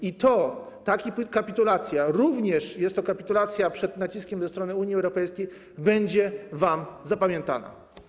I ta kapitulacja również - jest to kapitulacja pod naciskiem ze strony Unii Europejskiej - będzie wam zapamiętana.